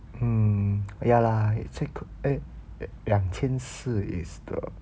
mm ya lah exact~ 两千四 is the